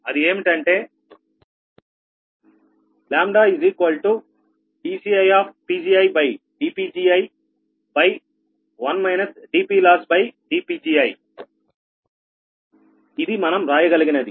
అది ఏమిటంటే dCidPgi1 dPLossdPgiఇది మనం రాయగలిగినది